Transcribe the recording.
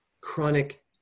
chronic